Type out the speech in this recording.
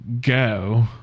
go